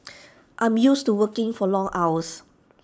I'm used to working for long hours